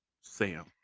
Sam